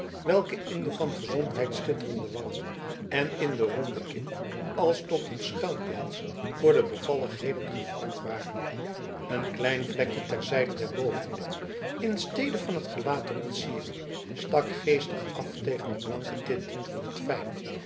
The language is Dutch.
welke in de van gezondheid schitterende wangen en in de ronde kin als tot een schuilplaats voor de bevalligheden gevormd waren een klein vlekje ter zijde der bovenlip in stede van het gelaat te ontsieren stak geestig af tegen de blanke tinten van het fijne